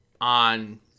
on